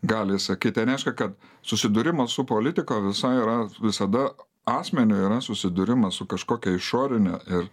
gali sakyt tai nereiškia kad susidūrimas su politika visai yra visada asmeniui yra susidūrimas su kažkokia išorine ir